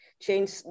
change